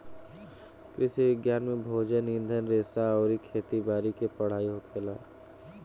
कृषि विज्ञान में भोजन, ईंधन रेशा अउरी खेती बारी के पढ़ाई होखेला